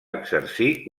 exercir